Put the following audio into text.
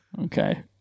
okay